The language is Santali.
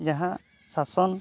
ᱡᱟᱦᱟᱸ ᱥᱟᱥᱚᱱ